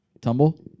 Tumble